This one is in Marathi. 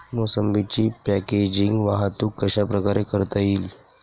मोसंबीची पॅकेजिंग वाहतूक कशाप्रकारे करता येईल?